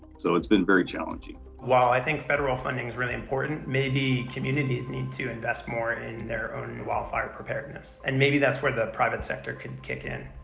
so it's been very challenging. while i think federal funding is really important, maybe communities need to invest more in their own wildfire preparedness and maybe that's where the private sector can kick in.